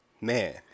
man